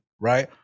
right